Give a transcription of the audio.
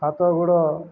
ହାତ ଗୁଡ଼